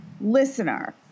listener